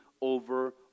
over